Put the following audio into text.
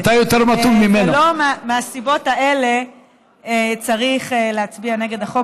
ולו מהסיבות האלה צריך להצביע נגד החוק